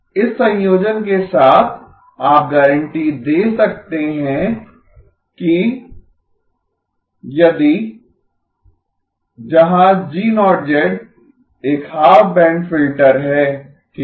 इस संयोजन के साथ आप गारंटी दे सकते हैं कि यदि जहां एक हाफ बैंड फिल्टर है ठीक है